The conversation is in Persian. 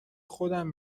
خودم